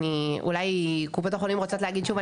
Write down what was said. אולי קופות החולים רוצות להגיד שוב?